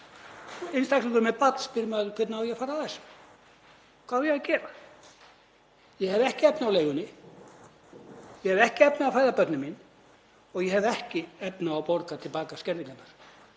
leigu. Einstaklingur með barn spyr: Hvernig á ég að fara að þessu? Hvað á ég að gera? Ég hef ekki efni á leigunni, ég hef ekki efni á að fæða börnin mín og ég hef ekki efni á að borga til baka skerðingarnar.